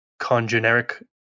congeneric